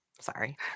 sorry